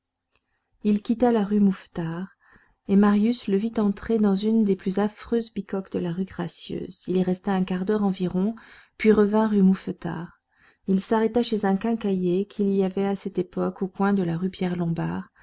il quitta la rue mouffetard et marius le vit entrer dans une des plus affreuses bicoques de la rue gracieuse il y resta un quart d'heure environ puis revint rue mouffetard il s'arrêta chez un quincaillier qu'il y avait à cette époque au coin de la rue